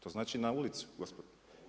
To znači na ulicu, gospodo.